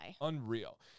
Unreal